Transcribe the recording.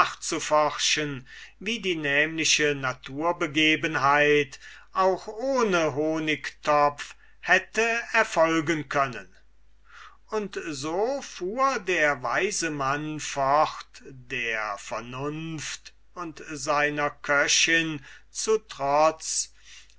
nachzuforschen wie die nämliche naturbegebenheit auch ohne honigtopf hätte erfolgen können und so fuhr der weise mann fort der vernunft und seiner köchin zu trotz